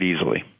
easily